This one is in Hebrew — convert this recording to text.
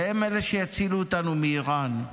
והן אלה שיצילו אותנו מאיראן.